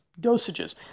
dosages